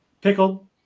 Pickled